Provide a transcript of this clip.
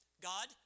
God